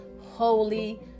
holy